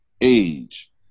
age